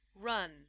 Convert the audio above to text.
Run